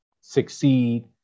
succeed